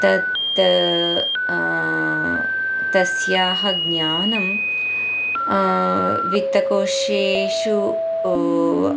तत् तस्याः ज्ञानं वित्तकोशेषु